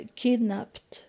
kidnapped